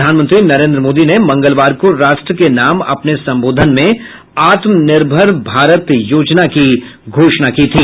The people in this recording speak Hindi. प्रधानमंत्री नरेन्द्र मोदी ने मंगलवार को राष्ट्र के नाम अपने संबोधन में आत्मनिर्भर भारत योजना की घोषणा की थी